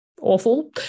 awful